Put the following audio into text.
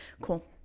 cool